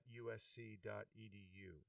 usc.edu